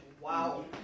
Wow